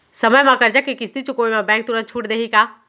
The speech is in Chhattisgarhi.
समय म करजा के किस्ती चुकोय म बैंक तुरंत छूट देहि का?